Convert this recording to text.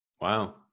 Wow